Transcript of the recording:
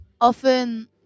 often